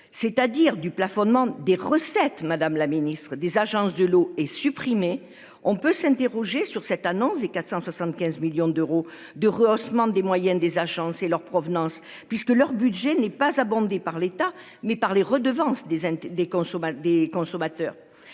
C'est-à-dire du plafonnement des recettes Madame la Ministre des agences de l'eau est supprimé, on peut s'interroger sur cette annonce et 475 millions d'euros de rehaussement des moyennes des agences et leur provenance puisque leur budget n'est pas abondé par l'État, mais par les redevances des uns des